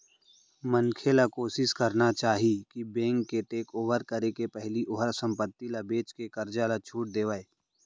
मनखे ल कोसिस करना चाही कि बेंक के टेकओवर करे के पहिली ओहर संपत्ति ल बेचके करजा ल छुट देवय